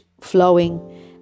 flowing